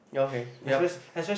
ya okay yup